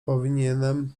powinienem